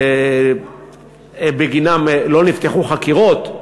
שבגינם לא נפתחו חקירות,